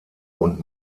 und